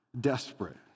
desperate